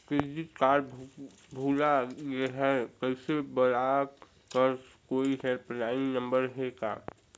Credit card भुला गे हववं कइसे ब्लाक करव? कोई हेल्पलाइन नंबर हे का?